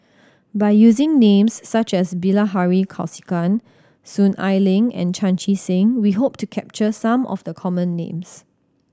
by using names such as Bilahari Kausikan Soon Ai Ling and Chan Chee Seng we hope to capture some of the common names